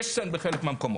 6 סנט בחלק מהמקומות.